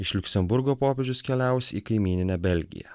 iš liuksemburgo popiežius keliaus į kaimyninę belgiją